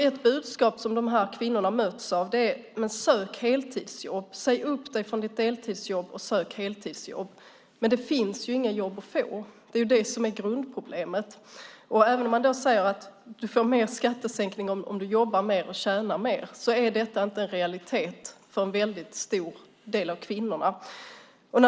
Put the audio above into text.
Ett budskap som dessa kvinnor möts av är att de ska säga upp sig från sitt deltidsjobb och söka heltidsjobb. Men det finns inga jobb att få. Det är det som är grundproblemet. Även om man säger att de får större skattesänkning om de jobbar mer och tjänar mer är detta inte en realitet för många av kvinnorna.